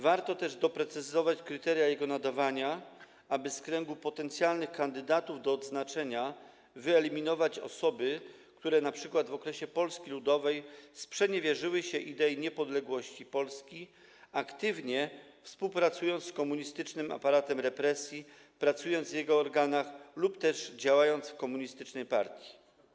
Warto też doprecyzować kryteria jego nadawania, aby z kręgu potencjalnych kandydatów do odznaczenia wyeliminować osoby, które np. w okresie Polski Ludowej sprzeniewierzyły się idei niepodległości Polski, aktywnie współpracując z komunistycznym aparatem represji, pracując w jego organach lub też działając w komunistycznej partii.